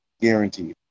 guaranteed